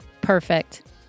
Perfect